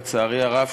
לצערי הרב,